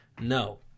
no